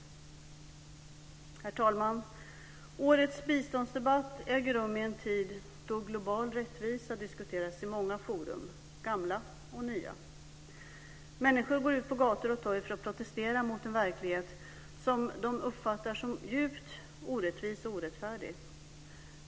Herr talman! Årets biståndsdebatt äger rum i en tid då global rättvisa diskuteras i många forum - gamla och nya. Människor går ut på gator och torg för att protestera mot en verklighet som de uppfattar som djupt orättvis och orättfärdig.